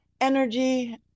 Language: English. energy